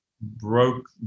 broke